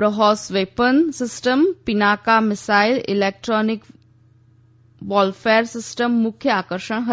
BrahMos weapon system Pinaka missile electronic warfare system મુખ્ય આકર્ષણ હતા